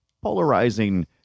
polarizing